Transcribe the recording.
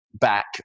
back